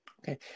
Okay